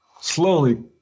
slowly